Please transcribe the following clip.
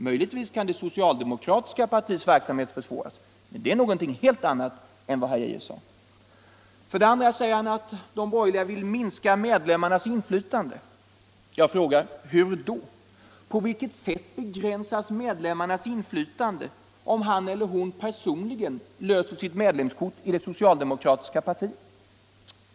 Möjligtvis kan det socialdemokratiska partiets verksamhet försvåras, men det är någonting helt annat. För det andra: Herr Geijer säger att de borgerliga vill minska medlemmarnas inflytande. Jag frågar: Hur då? På vilket sätt begränsas medlemmarnas inflytande om de personligen löser sitt medlemskort i det socialdemokratiska partiet?